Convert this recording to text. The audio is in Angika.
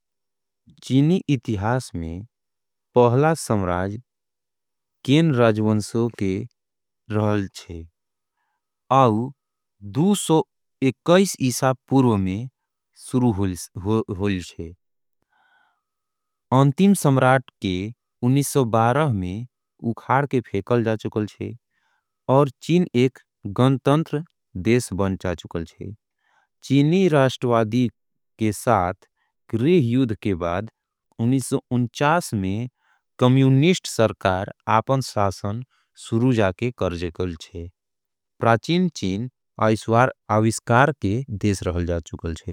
चीनी इतिहास में पहला सम्राज्य केन राजवंशों के रहल छे। आऊ दु सौ इक्स ईशा पूर्व में शुरू होल छे अंतिम सम्राट। के उन्नीस सौ बारह में उखाड़ के फेकल जाए छे और चीन। एक गणतंत्र राज्य बन जा चुकल छे चीन राष्ट्रवादी के। कम्युनिस्ट के साथ अपन राज शुरू करल जा चुके छे। प्राचीन चीन आविष्कार के देश रहल जा चुके छे।